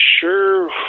sure